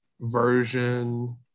version